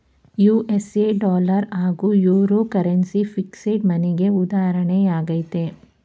USA dollar ಹಾಗೂ euro currency fiat ಮನಿಗೆ ಉದಾಹರಣೆಯಾಗಿದೆ